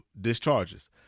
discharges